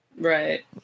Right